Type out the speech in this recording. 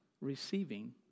receiving